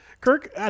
Kirk